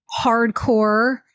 hardcore